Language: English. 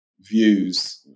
views